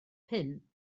pump